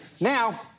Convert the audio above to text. Now